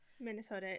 minnesota